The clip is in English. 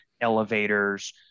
elevators